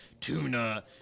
tuna